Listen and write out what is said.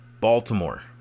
Baltimore